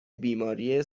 بیماری